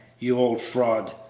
you old fraud!